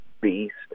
beast